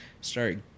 start